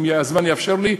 אם הזמן יאפשר לי,